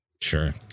Sure